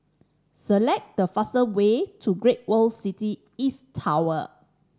select the fast way to Great World City East Tower